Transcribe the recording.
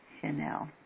Chanel